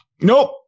Nope